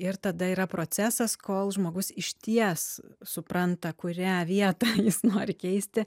ir tada yra procesas kol žmogus išties supranta kurią vietą jis nori keisti